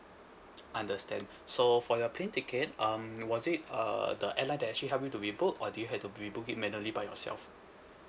understand so for your plane ticket um was it uh the airline that actually help you to rebook or do you have to rebook it manually by yourself